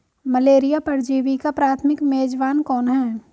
Malaria परजीवी का प्राथमिक मेजबान कौन है?